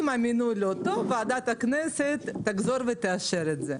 אם המינוי לא טוב, ועדת הכנסת תחזור ותאשר את זה.